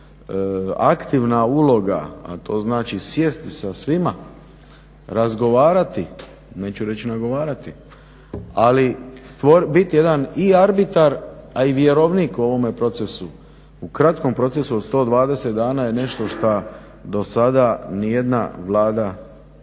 aktivna uloga a to znači sjesti sa svima, razgovarati, neću reći nagovarati, ali biti jedan i arbitar a i vjerovnik u ovome procesu. U kratkom procesu od 120 dana je nešto što do sada nijedna Vlada na